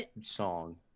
song